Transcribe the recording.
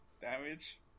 damage